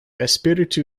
espiritu